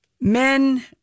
men